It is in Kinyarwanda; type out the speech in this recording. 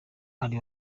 hari